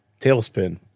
Tailspin